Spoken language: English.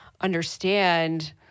understand